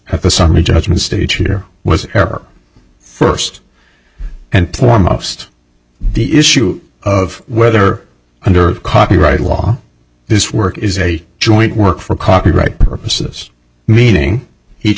at the sunday judgment states here was ever first and foremost the issue of whether under copyright law this work is a joint work for copyright purposes meaning each